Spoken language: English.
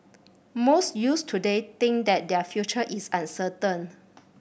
most youths today think that their future is uncertain